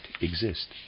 exist